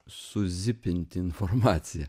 suzipinti informaciją